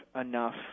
enough